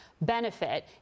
benefit